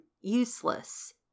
useless